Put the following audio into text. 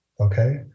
Okay